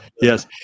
Yes